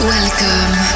Welcome